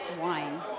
wine